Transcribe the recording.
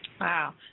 Wow